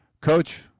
Coach